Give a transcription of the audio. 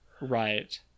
right